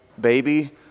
baby